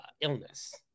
illness